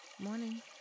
Morning